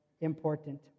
important